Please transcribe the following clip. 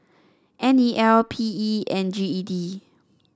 N E L P E and G E D